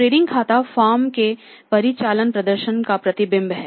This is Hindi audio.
ट्रेडिंग खाता फर्म के परिचालन प्रदर्शन का प्रतिबिंब है